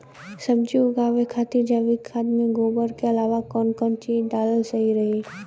सब्जी उगावे खातिर जैविक खाद मे गोबर के अलाव कौन कौन चीज़ डालल सही रही?